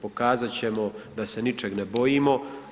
Pokazat ćemo da se ničeg ne bojimo.